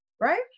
right